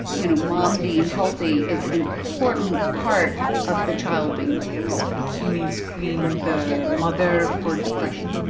you know, mom being healthy is an important part of the child being healthy you mean screen the mother for depression?